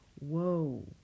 Whoa